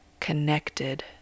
Connected